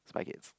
Spy-Kids